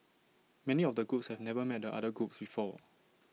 many of the groups have never met the other groups before